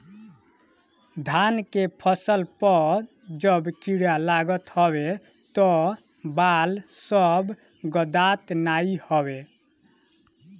धान के फसल पअ जब कीड़ा लागत हवे तअ बाल सब गदात नाइ हवे